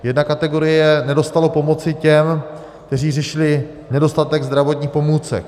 Jedna kategorie nedostalo pomoci těm, kteří řešili nedostatek zdravotních pomůcek.